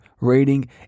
rating